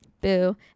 Boo